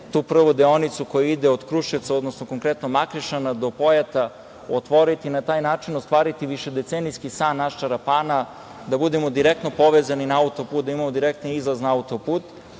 tu prvu deonicu koja ide od Kruševca, odnosno konkretno Makrešana do Pojata, otvoriti i na taj način ostvariti višedecenijski san naš „Čarapana“ da budemo direktno povezani na auto-put, da imamo direktni izlaz na auto-put,